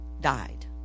died